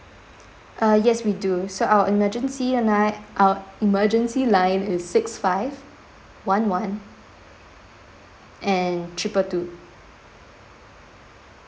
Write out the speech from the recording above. uh yes we do so our emergency night our emergency line is six five one one and triple two